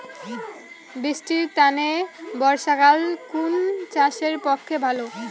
বৃষ্টির তানে বর্ষাকাল কুন চাষের পক্ষে ভালো?